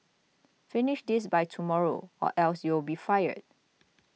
finish this by tomorrow or else you'll be fired